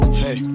hey